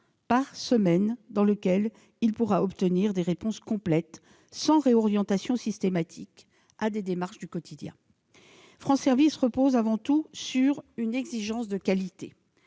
par semaine, dans lequel il pourra obtenir des réponses complètes sans réorientation systématique à des démarches du quotidien. France services repose avant tout sur une exigence de qualité.